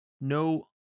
no